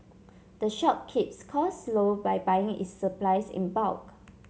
the shop keeps cost low by buying its supplies in bulk